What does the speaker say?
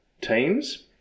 teams